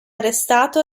arrestato